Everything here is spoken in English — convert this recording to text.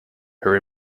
her